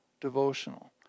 Devotional